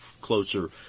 closer